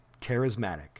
charismatic